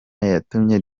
yatumye